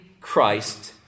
Christ